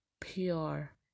pure